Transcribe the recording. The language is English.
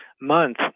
month